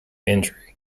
injury